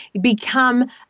become